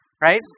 right